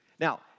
Now